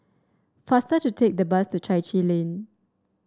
faster to take the bus to Chai Chee Lane